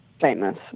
famous